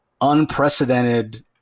unprecedented